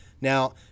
Now